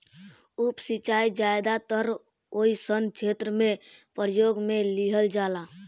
उप सिंचाई ज्यादातर ओइ सन क्षेत्र में प्रयोग में लिहल जाला